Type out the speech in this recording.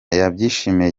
yabyishimiye